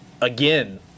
again